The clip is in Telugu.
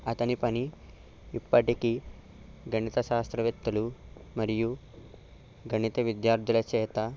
అతని పని ఇప్పటికీ గణిత శాస్త్రవేత్తలు మరియు గణిత విద్యార్థుల చేత